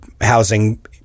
housing